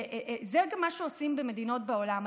וזה גם מה שעושים במדינות בעולם.